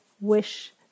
wish